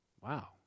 Wow